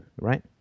right